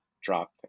drop